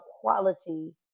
quality